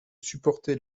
supporter